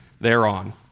thereon